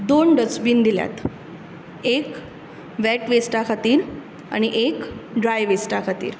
दोन डस्ट्बिन दिल्यात एक वेट वेस्टा खातीर आनी एक ड्राय वेस्टा खातीर